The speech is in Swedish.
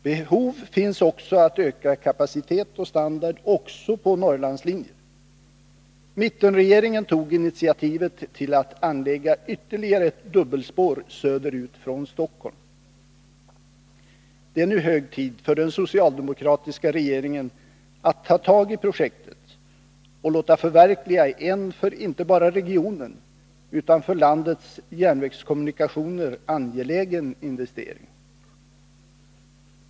Behov finns att öka kapacitet och standard ockå på Norrlandslinjer. Mittenregeringen tog initiativet till att anlägga ytterligare ett dubbelspår söderut från Stockholm. Det är nu hög tid för den socialdemokratiska regeringen att ta tag i projektet och låta förverkliga en för inte bara regionen utan landets järnvägskommunikationer angelägen investering.